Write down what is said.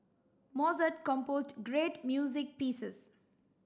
Mozart composed great music pieces